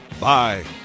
Bye